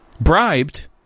bribed